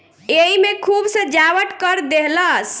एईमे खूब सजावट कर देहलस